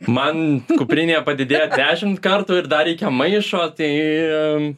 man kuprinė padidėja dešimt kartų ir dar reikia maišo tai